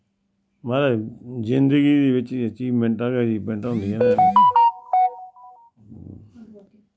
मारज जिन्दगी दे बिच्च अचीवमैंटां गै अचीवमैंटां होंदियां नै